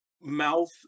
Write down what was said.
mouth